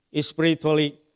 spiritually